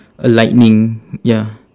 a lightning ya